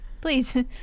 Please